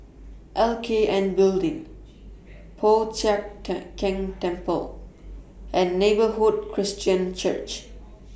L K N Building Po Chiak Keng Temple and Neighbourhood Christian Church